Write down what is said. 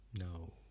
No